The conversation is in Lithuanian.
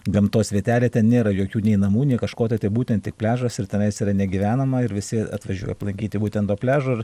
gamtos vietelė ten nėra jokių nei namų nei kažko tai būtent tik pliažas ir tenais yra negyvenama ir visi atvažiuoja aplankyti būtent to pliažo ir